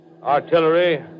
Artillery